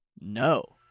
No